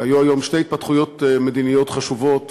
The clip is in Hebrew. שהיו היום שתי התפתחויות מדיניות חשובות